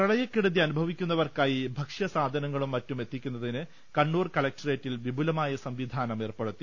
പ്രളയക്കെടുതി അനുഭവിക്കുന്നവർക്കായി ഭക്ഷ്യസാധനങ്ങളും മറ്റും എത്തിക്കുന്നതിന് കണ്ണൂർ കലക്ടറേറ്റിൽ വിപുലമായ സംവി ധാനം ഏർപ്പെടുത്തി